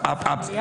הבין?